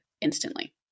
instantly